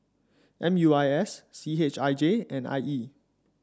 M U I S C H I J and I E